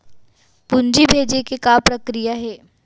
पूंजी भेजे के का प्रक्रिया हे?